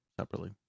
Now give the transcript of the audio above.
separately